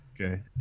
Okay